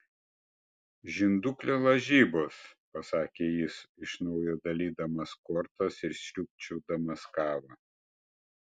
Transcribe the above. žinduklio lažybos pasakė jis iš naujo dalydamas kortas ir sriubčiodamas kavą